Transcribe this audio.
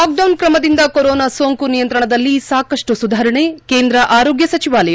lockdown ಕ್ರಮದಿಂದ corona ಸೋಂಕು ನಿಯಂತ್ರಣದಲ್ಲಿ ಸಾಕಷ್ಟು ಸುಧಾರಣೆ ಕೇಂದ್ರ ಆರೋಗ್ಯ ಸಚಿವಾಲಯ